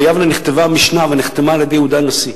ביבנה נכתבה המשנה ונחתמה על-ידי יהודה הנשיא.